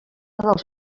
dels